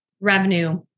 revenue